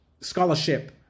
scholarship